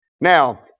Now